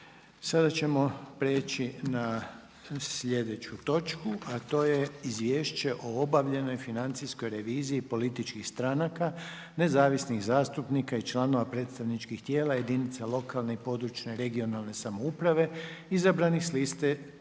slijedeći zaključak. Prihvaća se izvješće o obavljenoj financijskoj reviziji političkih stranaka, nezavisnih zastupnika i članova predstavničkih tijela jedinica lokalne i područne (regionalne) samouprave izabranih s liste